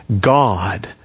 God